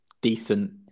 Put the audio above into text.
decent